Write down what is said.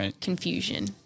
confusion